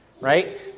Right